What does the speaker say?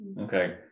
Okay